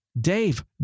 Dave